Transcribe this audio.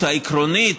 ההתנגדות